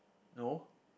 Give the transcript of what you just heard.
no